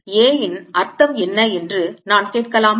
A வின் அர்த்தம் என்ன என்று நான் கேட்கலாமா